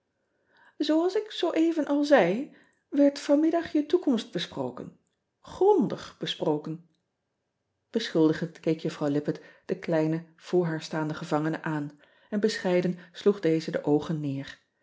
ooals ik zooeven al zei werd vanmiddag je toekomst besproken grondig besproken eschuldigend keek uffrouw ippett de kleine voor haar staande gevangene aan en bescheiden sloeg deze de oogen neer